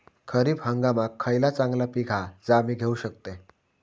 खरीप हंगामाक खयला चांगला पीक हा जा मी घेऊ शकतय?